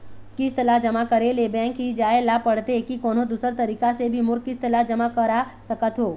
किस्त ला जमा करे ले बैंक ही जाए ला पड़ते कि कोन्हो दूसरा तरीका से भी मोर किस्त ला जमा करा सकत हो?